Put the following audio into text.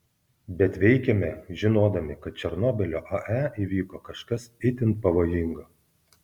bet veikėme žinodami kad černobylio ae įvyko kažkas itin pavojingo